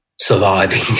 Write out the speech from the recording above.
surviving